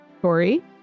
Tori